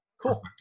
cool